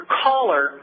caller